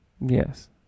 Yes